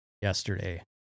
yesterday